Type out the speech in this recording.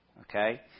Okay